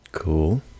Cool